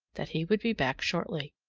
that he would be back shortly.